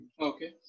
Okay